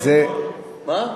מה?